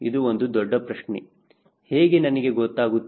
ಇದು ಒಂದು ದೊಡ್ಡ ಪ್ರಶ್ನೆ ಹೇಗೆ ನನಗೆ ಗೊತ್ತಾಗುತ್ತದೆ